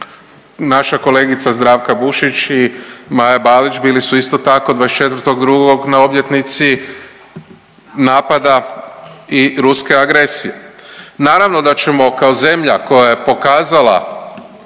Naša kolegica Zdravka Bušić i Maja Balić bili su isto tako 24.2. na obljetnici napada i ruske agresije. Naravno da ćemo kao zemlja koja je pokazala